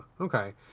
okay